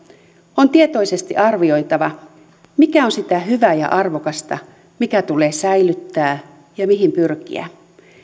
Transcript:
on tietoisesti arvioitava mikä on sitä hyvää ja arvokasta mikä tulee säilyttää ja mihin pyrkiä